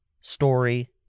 story